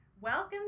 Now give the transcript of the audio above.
Welcome